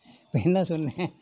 இப்போ என்ன சொன்னேன்